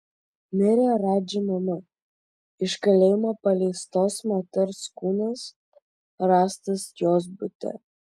mirė radži mama iš kalėjimo paleistos moters kūnas rastas jos bute